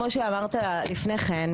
כמו שאמרת לפני כן,